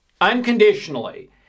Unconditionally